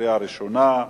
קריאה ראשונה.